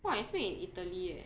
!wah! it's made in italy eh